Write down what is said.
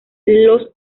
los